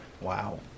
Wow